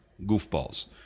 goofballs